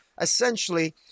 essentially